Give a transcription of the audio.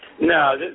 No